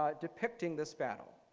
ah depicting this battle.